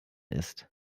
ist